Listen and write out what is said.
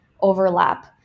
overlap